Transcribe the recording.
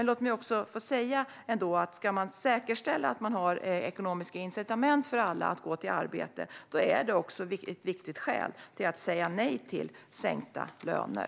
Låt mig också säga att om vi ska säkerställa ekonomiska incitament för alla att gå till arbete är det viktigt att säga nej till sänkta löner.